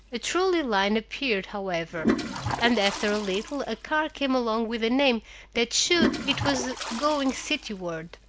a trolley line appeared, however and after a little a car came along with a name that showed it was going cityward.